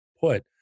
put